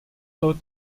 тот